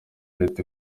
leta